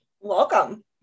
Welcome